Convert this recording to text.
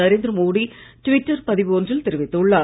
Narendra Modi Twitter பதிவு ஒன்றில் தெரிவித்துள்ளார்